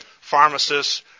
pharmacists